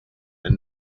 and